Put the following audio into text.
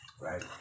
right